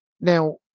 Now